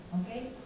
okay